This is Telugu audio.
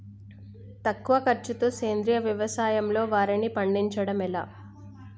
తక్కువ ఖర్చుతో సేంద్రీయ వ్యవసాయంలో వారిని పండించడం ఎలా?